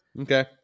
Okay